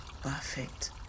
perfect